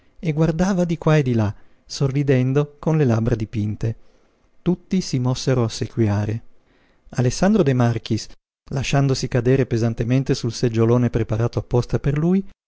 e guardava di qua e di là sorridendo con le labbra dipinte tutti si mossero a ossequiare alessandro de marchis lasciandosi cadere pesantemente sul seggiolone preparato apposta per lui